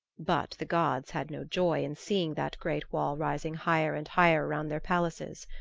but the gods had no joy in seeing that great wall rising higher and higher around their palaces.